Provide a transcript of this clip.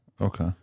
Okay